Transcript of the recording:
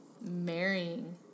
marrying